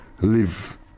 Live